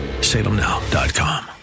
salemnow.com